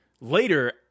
later